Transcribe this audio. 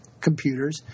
computers